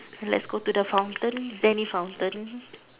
let's go to the fountain daily fountain